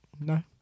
no